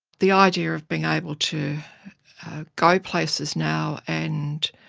the idea of being able to go places now and